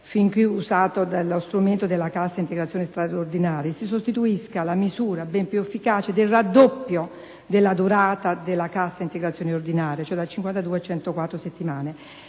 fin qui abnorme dello strumento della Cassa integrazione straordinaria si sostituisca la misura ben più efficace del raddoppio della durata della Cassa integrazione ordinaria: cioè da 52 a 104 settimane.